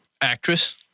Actress